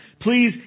please